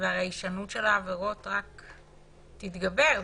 והישנות של העבירות רק תתגבר,